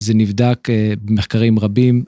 זה נבדק במחקרים רבים.